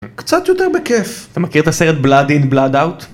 קצת יותר בכיף. אתה מכיר את הסרט בלאד אין בלאד אאוט?